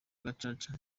gacaca